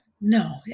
No